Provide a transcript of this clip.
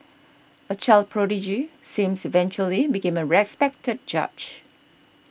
a child prodigy seems eventually became a respected judge